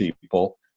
people